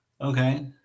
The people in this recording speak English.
Okay